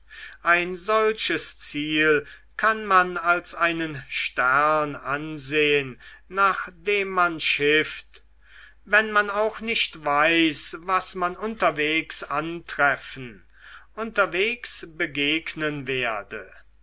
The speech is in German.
ein solches ziel kann man als einen stern ansehen nach dem man schifft wenn man auch nicht weiß was man unterwegs antreffen unterwegs begegnen werde